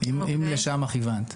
אם לשם כיוונת.